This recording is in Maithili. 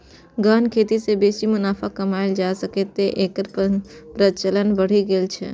गहन खेती सं बेसी मुनाफा कमाएल जा सकैए, तें एकर प्रचलन बढ़ि गेल छै